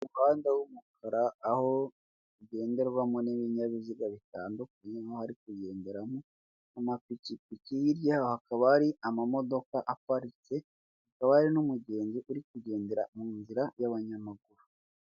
Umuhanda w'umukara aho ungenderwamo n'ibinyabiziga bitandukanye, harimo ahari kugenderamo amapikipiki hirya yaho hakaba hari amamodoka aparitse, hakaba hari n'umugenzi uri kugendera mu nzira y'abanyamaguru.